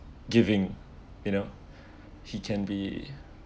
giving you know he can be